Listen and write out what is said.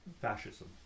Fascism